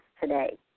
today